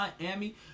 Miami